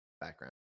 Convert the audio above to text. background